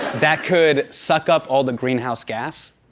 that could suck up all the greenhouse gas.